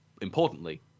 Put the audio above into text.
importantly